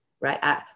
Right